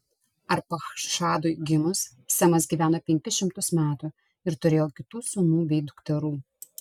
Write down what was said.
arpachšadui gimus semas gyveno penkis šimtus metų ir turėjo kitų sūnų bei dukterų